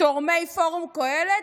תורמי פורום קהלת,